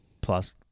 Plus